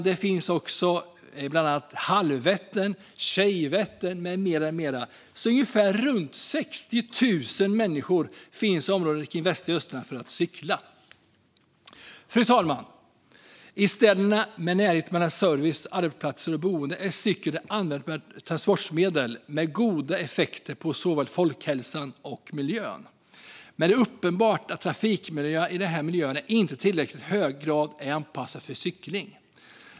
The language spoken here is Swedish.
Det finns också bland annat Halvvättern och Tjejvättern. Runt 60 000 människor finns i området i västra Östergötland för att cykla. Fru talman! I städerna - med närhet mellan service, arbetsplatser och boende - är cykeln ett användbart transportmedel med goda effekter för såväl folkhälsan som miljön. Men det är uppenbart att trafikmiljön där inte i tillräckligt hög grad är anpassad för cykling.